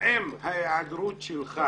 האם ההיעדרות שלך